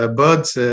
birds